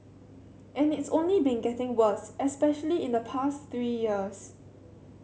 and it's only been getting worse especially in the past three years